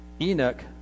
Enoch